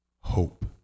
hope